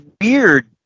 weird